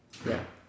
ya